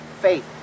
faith